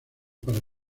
para